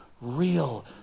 Real